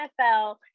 NFL